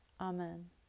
Amen